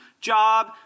job